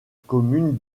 commune